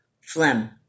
phlegm